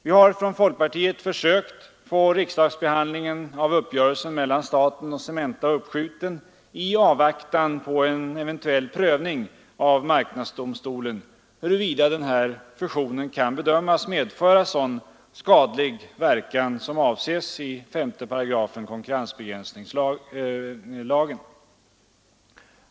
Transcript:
Vi har från folkpartiet försökt få riksdagsbehandlingen av uppgörelsen mellan staten och Cementa uppskjuten i avvaktan på en eventuell prövning av marknadsdomstolen huruvida den här fusionen kan bedömas medföra sådan skadlig verkan som avses i 5 8 konkurrensbegränsningslagen.